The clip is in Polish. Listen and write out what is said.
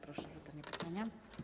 Proszę o zadanie pytania.